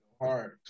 Hard